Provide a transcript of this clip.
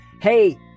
hey